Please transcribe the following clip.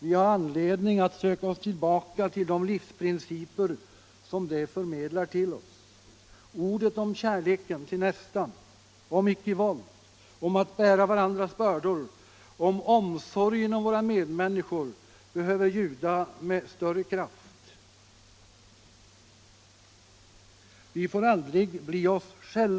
Vi har anledning att söka oss tillbaka till de livsprinciper som det förmedlar till oss. Ordet om kärleken till nästan, om icke-våld, om att bära varandras bördor, om omsorgen om våra medmänniskor behöver ljuda med större kraft.